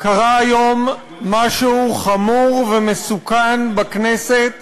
קרה היום משהו חמור ומסוכן בכנסת